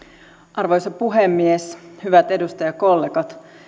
arvoisa puhemies hyvät edustajakollegat